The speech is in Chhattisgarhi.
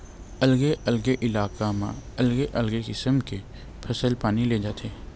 अलगे अलगे इलाका म अलगे अलगे किसम के फसल पानी ले जाथे